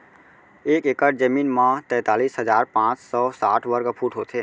एक एकड़ जमीन मा तैतलीस हजार पाँच सौ साठ वर्ग फुट होथे